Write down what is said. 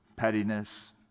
pettiness